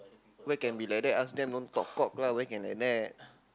where can we like that ask them don't talk cock lah why can like that